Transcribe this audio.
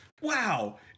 Wow